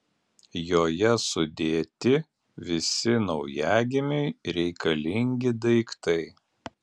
joje sudėti visi naujagimiui reikalingi daiktai